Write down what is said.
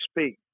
speak